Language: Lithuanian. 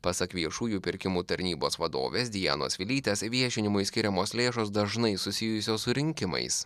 pasak viešųjų pirkimų tarnybos vadovės dianos vilytės viešinimui skiriamos lėšos dažnai susijusios su rinkimais